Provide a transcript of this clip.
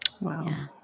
Wow